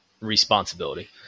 responsibility